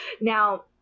now